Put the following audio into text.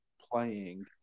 playing